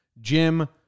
Jim